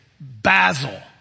basil